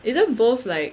isn't both like